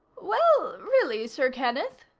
well, really, sir kenneth,